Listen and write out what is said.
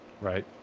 Right